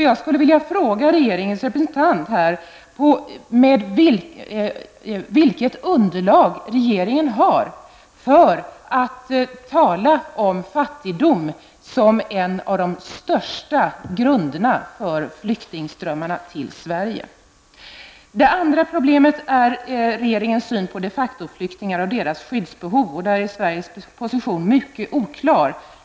Jag skulle vilja fråga regeringens representant vilket underlag regeringen har för talet om fattigdom som en av de viktigaste grunderna för flyktingströmmarna till Sverige. Det andra problemet är regeringens syn på de facto-flyktingar och deras skyddsbehov. Där är Sveriges position mycket oklar.